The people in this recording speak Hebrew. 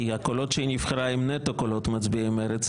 כי הקולות שהיא נבחרה הם נטו קולות מצביעי מרצ,